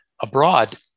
abroad